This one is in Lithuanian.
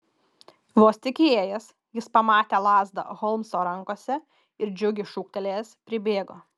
vos tik įėjęs jis pamatė lazdą holmso rankose ir džiugiai šūktelėjęs pribėgo